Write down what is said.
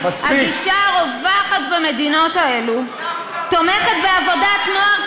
הגישה הרווחת במדינות האלו תומכת בעבודת נוער,